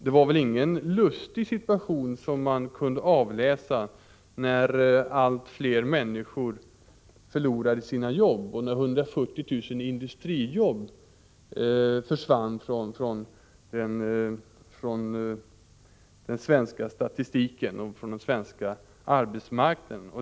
Det var väl inte en lustig situation som man kunde avläsa när allt fler människor förlorade sitt arbete och när 140 000 industrijobb försvann från den svenska arbetsmarknaden.